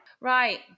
Right